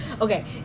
Okay